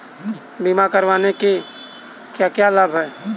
बीमा करवाने के क्या क्या लाभ हैं?